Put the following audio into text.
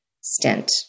stint